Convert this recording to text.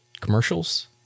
commercials